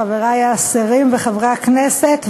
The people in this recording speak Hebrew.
חברי השרים וחברי הכנסת,